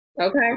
Okay